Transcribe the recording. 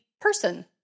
person